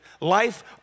Life